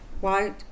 White